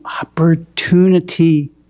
opportunity